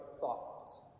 thoughts